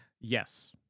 Yes